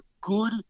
good